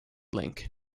link